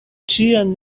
ĉiam